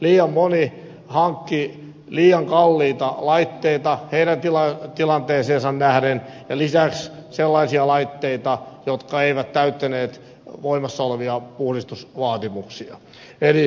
liian moni hankki liian kalliita laitteita tilanteeseensa nähden ja lisäksi sellaisia laitteita jotka eivät täyttäneet voimassa olevia puhdistusvaatimuksia